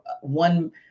one